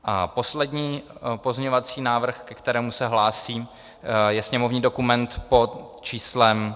A poslední pozměňovací návrh, ke kterému se hlásím, je sněmovní dokument pod číslem 1942.